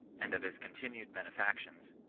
and of his continued benefac tions,